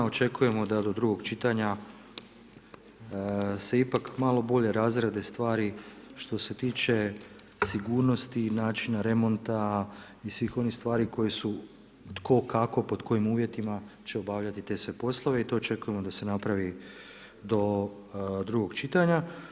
Očekujemo da do drugog čitanja se ipak malo bolje razrade stvari što se tiče sigurnosti i načina remonta i svih onih stvari koje su tko, kako, pod kojim uvjetima će obavljati sve te poslove i to očekujemo da se napravi do drugog čitanja.